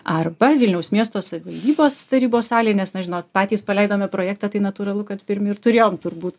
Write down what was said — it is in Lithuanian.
arba vilniaus miesto savivaldybės tarybos salėj nes na žinot patys paleidome projektą tai natūralu kad pirmi ir turėjom turbūt